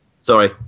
Sorry